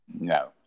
no